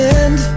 end